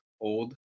old